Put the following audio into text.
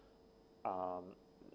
um